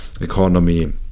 economy